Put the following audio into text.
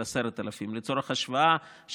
לצורך השוואה,